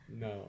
No